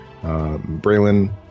Braylon